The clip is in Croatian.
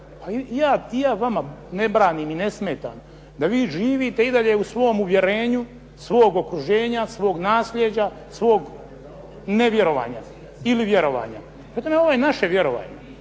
ja vama ne branim i ne smetam da vi živite i dalje u svom uvjerenju, svog okruženja, svog nasljeđa, svog nevjerovanja ili vjerovanja. Prema tome, ovo je naše vjerovanje,